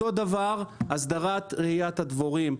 אותו דבר, הסדרת רעיית הדבורים.